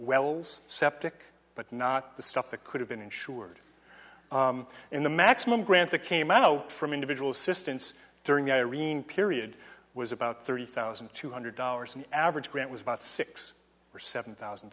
well septic but not the stuff that could have been insured in the maximum grant that came out from individual systems during the irene period was about thirty thousand two hundred dollars an average grant was about six or seven thousand